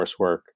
coursework